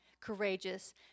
courageous